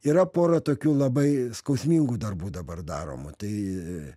yra pora tokių labai skausmingų darbų dabar daromų tai